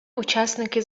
учасники